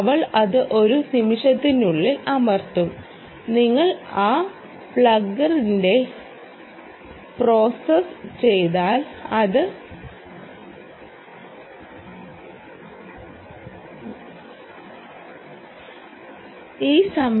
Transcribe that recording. അവൾ അത് ഒരു നിമിഷത്തിനുള്ളിൽ അമർത്തും നിങ്ങൾ ആ പ്ലംഗറിനെ പ്രോസസ്സ് ചെയ്താൽ അത് ഒരു സ്വിച്ച് പോലെയാണ്